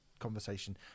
conversation